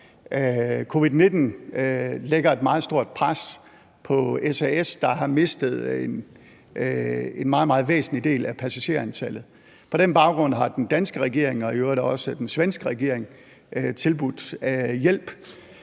Covid-19 lægger et meget stort pres på SAS, der har mistet en meget, meget væsentlig del af passagerantallet. På den baggrund har den danske regering og i øvrigt også den svenske regering tilbudt hjælp.